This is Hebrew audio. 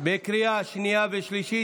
לקריאה השנייה והשלישית.